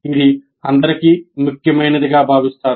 ఇది అందరికీ ముఖ్యమైనదిగా భావిస్తారు